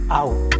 out